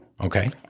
Okay